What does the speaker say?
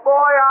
Boy